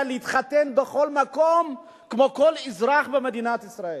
להתחתן בכל מקום כמו כל אזרח במדינת ישראל.